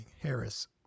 Harris